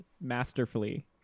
masterfully